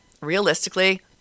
realistically